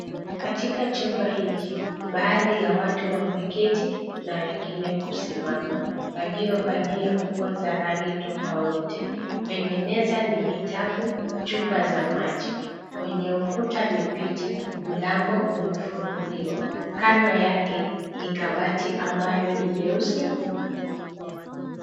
Katika chumba hiki, baadhi ya watu wameketi na wengine kusimama waliovalia nguo za rangi tofauti. Kwenye meza ni vitabu, chupa za maji. Kwenye ukuta ni picha. Mlango umefunguliwa, kando yake ni kabati ambayo ni nyeusi.